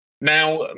Now